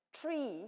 tree